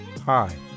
Hi